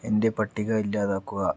എൻ്റെ പട്ടിക ഇല്ലാതാക്കുക